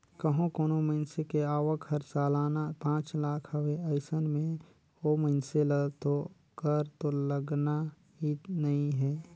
कंहो कोनो मइनसे के आवक हर सलाना पांच लाख हवे अइसन में ओ मइनसे ल तो कर तो लगना ही नइ हे